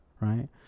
Right